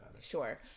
Sure